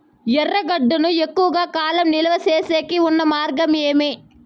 ఎర్రగడ్డ ను ఎక్కువగా కాలం నిలువ సేసేకి ఉన్న మార్గం ఏమి?